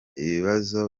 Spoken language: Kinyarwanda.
ibibazo